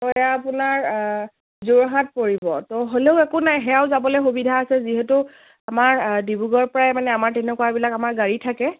ত' এয়া আপোনাৰ যোৰহাট পৰিব ত' হ'লেও একো নাই সেয়াও যাবলৈ সুবিধা আছে যিহেতু আমাৰ ডিব্ৰুগড় পৰাই মানে আমাৰ তেনেকুৱাবিলাক আমাৰ গাড়ী থাকে